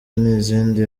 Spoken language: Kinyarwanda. n’izindi